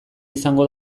izango